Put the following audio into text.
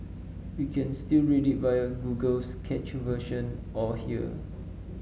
you can still read it via Google's cached version or here